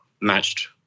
matched